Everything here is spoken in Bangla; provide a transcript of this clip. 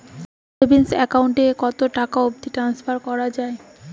সেভিঙ্গস একাউন্ট এ কতো টাকা অবধি ট্রানসাকশান করা য়ায়?